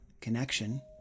connection